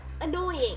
annoying